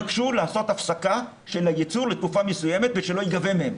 הם ביקשו לעשות הפסקה של הייצור לתקופה מסוימת ושלא ייגבה מהם.